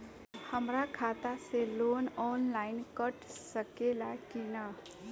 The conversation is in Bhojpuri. हमरा खाता से लोन ऑनलाइन कट सकले कि न?